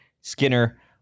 Skinner